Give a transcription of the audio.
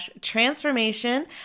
transformation